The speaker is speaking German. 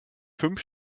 fünf